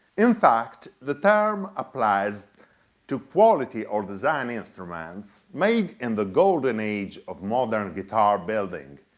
in fact, the term applies to quality or design instruments made in the golden age of modern guitar building.